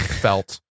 felt